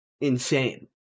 Insane